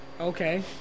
Okay